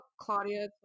Claudia